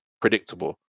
predictable